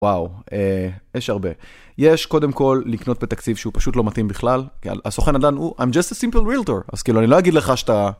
וואו, יש הרבה, יש קודם כל לקנות בתקציב שהוא פשוט לא מתאים בכלל, כי הסוכן נדלן הוא, I'm just a simple realtor, אז כאילו אני לא אגיד לך שאתה...